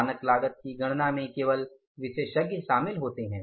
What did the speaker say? मानक लागत की गणना में केवल विशेषज्ञ शामिल होते हैं